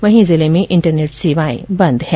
वहीं जिले में इंटरनेट सेवाएं बंद हैं